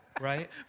Right